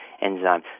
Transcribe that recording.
enzyme